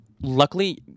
luckily